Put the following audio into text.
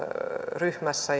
ryhmässä